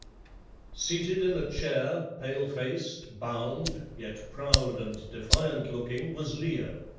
seated in a chair, pale-faced, bound, yet proud and defiant-looking, was leo.